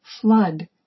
flood